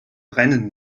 brennen